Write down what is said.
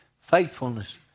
faithfulness